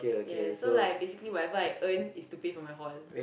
yes so like basically whatever I earn is to pay for my hall